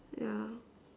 yeah